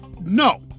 No